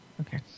okay